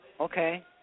Okay